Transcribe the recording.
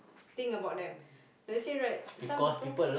think about them let's say right some people